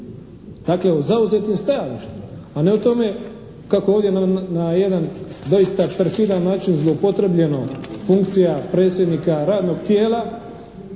dakle o zauzetim stajalištima a ne o tome kako ovdje na jedan doista perfidan način zloupotrebljeno funkcija predsjednika radnog tijela,